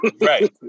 right